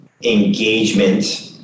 engagement